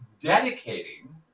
dedicating